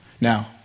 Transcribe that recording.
Now